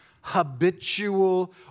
habitual